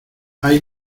hay